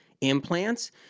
implants